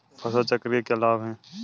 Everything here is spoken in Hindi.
फसल चक्र के क्या लाभ हैं?